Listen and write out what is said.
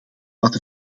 wat